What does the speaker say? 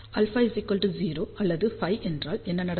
α 0 அல்லது π என்றால் என்ன நடக்கும்